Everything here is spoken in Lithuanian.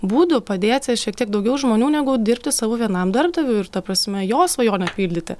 būdų padėti šiek tiek daugiau žmonių negu dirbti savo vienam darbdaviui ir ta prasme jo svajonę pildyti